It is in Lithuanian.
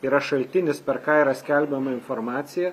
yra šaltinis per ką yra skelbiama informacija